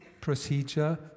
procedure